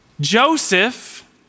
Joseph